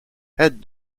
head